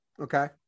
Okay